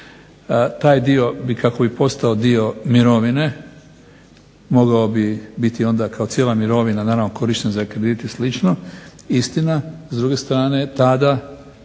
taj dio kako bi postao dio mirovine, mogao bi biti kao cijela mirovina korišten za kredit i slično, istina, s druge strane tada